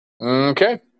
Okay